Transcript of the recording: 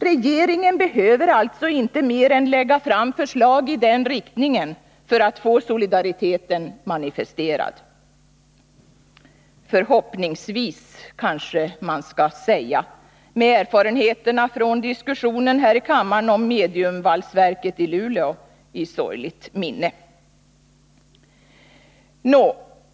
Regeringen behöver inte mer än lägga fram förslag i den riktningen för att få solidariteten manifesterad — förhoppningsvis, kanske man skall säga, med erfarenheterna från diskussionen om mediumvalsverket i Luleå i sorgligt minne.